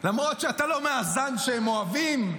למרות שאתה לא מהזן שהם אוהבים.